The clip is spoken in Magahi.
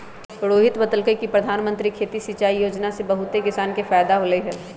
रोहित बतलकई कि परधानमंत्री खेती सिंचाई योजना से बहुते किसान के फायदा होलई ह